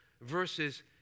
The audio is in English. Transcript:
versus